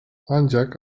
ancak